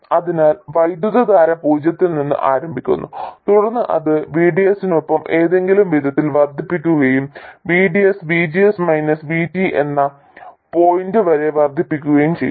അതിനാൽ വൈദ്യുതധാര പൂജ്യത്തിൽ നിന്ന് ആരംഭിക്കുന്നു തുടർന്ന് അത് VDS നൊപ്പം ഏതെങ്കിലും വിധത്തിൽ വർദ്ധിക്കുകയും VDS VGS മൈനസ് VT എന്ന പോയിന്റ് വരെ വർദ്ധിക്കുകയും ചെയ്യുന്നു